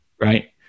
Right